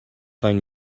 find